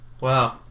Wow